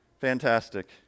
Fantastic